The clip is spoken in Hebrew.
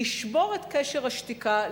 לשבור את קשר השתיקה,